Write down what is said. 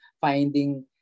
finding